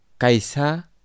kaisa